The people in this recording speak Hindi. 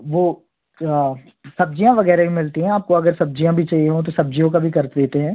वो सब्ज़ियाँ वगैरह भी मिलती हैं आपको अगर सब्ज़ियाँ भी चाहिए हों तो सब्जियों का भी कर देते हैं